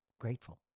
grateful